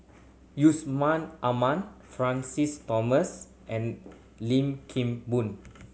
Yusman Aman Francis Thomas and Lim Kim Boon